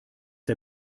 der